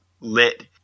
lit